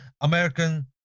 American